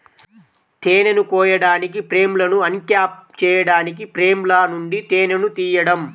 తేనెను కోయడానికి, ఫ్రేమ్లను అన్క్యాప్ చేయడానికి ఫ్రేమ్ల నుండి తేనెను తీయడం